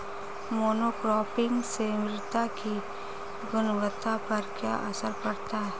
Monocropping से मृदा की गुणवत्ता पर क्या असर पड़ता है?